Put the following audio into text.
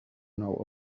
know